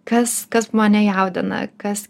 kas kas mane jaudina kas